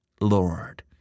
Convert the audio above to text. Lord